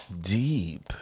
Deep